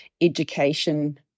education